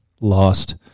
lost